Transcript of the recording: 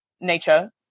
nature